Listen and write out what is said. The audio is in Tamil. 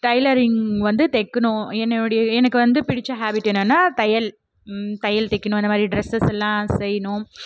டைலரிங் வந்து தைக்கணும் என்னுடைய எனக்கு வந்து பிடிச்ச ஹாபிட் என்னென்னால் தையல் தையல் தைக்கணும் இந்தமாதிரி டிரஸ்சஸ்லாம் செய்யணும்